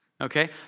okay